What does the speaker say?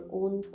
own